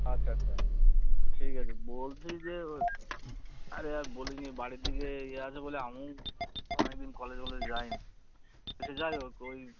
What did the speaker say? আচ্ছা আচ্ছা ঠিক আছে বলছি যে ও আরে আর বলিস নি বাড়ির দিকে ইয়ে আছে বলে আমি তো অনেক দিন কলেজ ফলেজ যাই নি সে যাই হোক ওই